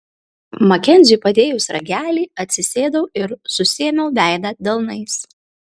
makenziui padėjus ragelį atsisėdau ir susiėmiau veidą delnais